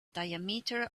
diameter